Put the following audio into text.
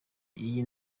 iyi